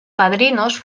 padrinos